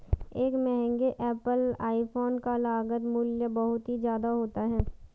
एक महंगे Apple iPhone का लागत मूल्य बहुत ही ज्यादा होता है